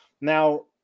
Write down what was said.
Now